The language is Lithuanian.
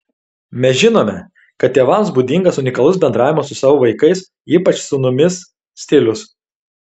mes žinome kad tėvams būdingas unikalus bendravimo su savo vaikais ypač sūnumis stilius